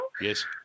Yes